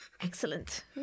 Excellent